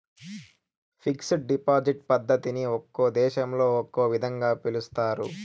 fixed deposit పద్ధతిని ఒక్కో దేశంలో ఒక్కో విధంగా పిలుస్తారు